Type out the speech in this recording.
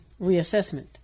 reassessment